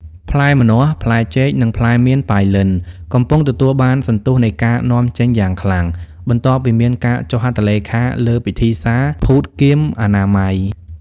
ផ្លែម្នាស់ ផ្លែចេក និងផ្លែមៀនប៉ៃលិន កំពុងទទួលបានសន្ទុះនៃការនាំចេញយ៉ាងខ្លាំង បន្ទាប់ពីមានការចុះហត្ថលេខាលើពិធីសារភូតគាមអនាម័យ។